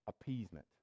appeasement